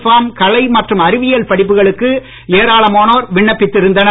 form கலை மற்றும் அறிவியல் படிப்புகளுக்கு ஏராளமானோர் விண்ணப்பித்து இருந்தனர்